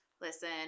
Listen